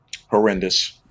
Horrendous